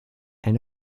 and